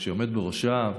שעומד בראשה,